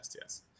yes